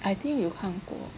I think 有看过